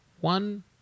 One